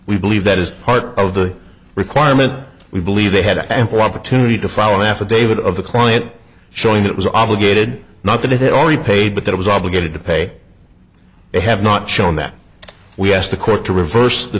we believe that as part of the requirement we believe they had ample opportunity to file an affidavit of the client showing it was obligated not that it had already paid but that was obligated to pay they have not shown that we asked the court to reverse the